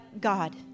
God